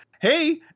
Hey